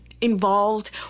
involved